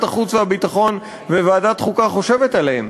החוץ והביטחון וועדת החוקה חושבת עליהן,